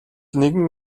нэгэн